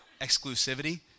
exclusivity